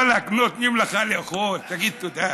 ואלכ, נותנים לך לאכול, תגיד תודה.